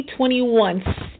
2021